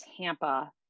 tampa